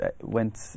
went